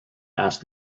asked